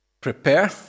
prepare